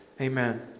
Amen